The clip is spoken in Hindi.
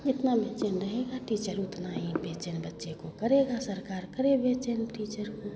जितना बेचैन रहेगा टीचर उतना ही बेचैन बच्चे को करेगा सरकार करे बेचैन टीचर को